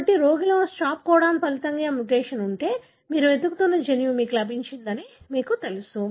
కాబట్టి రోగిలో stop codon ఫలితంగా మ్యుటేషన్ ఉంటే మీరు వెతుకుతున్న జన్యువు మీకు లభించిందని మీకు తెలుసు